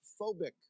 phobic